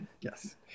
yes